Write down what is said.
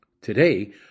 Today